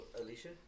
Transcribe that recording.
Alicia